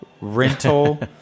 rental